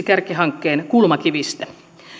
kärkihankkeen kulmakivistä